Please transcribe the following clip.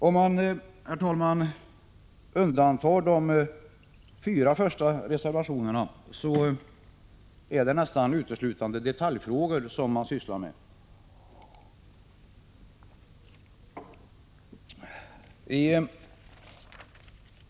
Om man, herr talman, undantar de fyra första reservationerna, är det nästan uteslutande detaljfrågor som det handlar om.